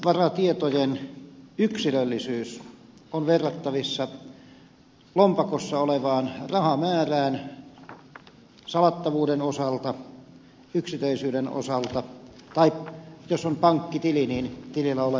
metsävaratietojen yksilöllisyys on verrattavissa lompakossa olevaan rahamäärään salattavuuden osalta yksityisyyden osalta tai jos on pankkitili tilillä olevaan saldoon